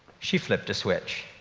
she flipped a switch.